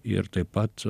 ir taip pat